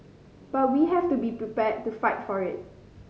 but we have to be prepared to fight for it